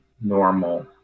normal